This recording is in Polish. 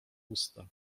usta